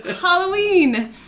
Halloween